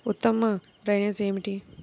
ఉత్తమ డ్రైనేజ్ ఏమిటి?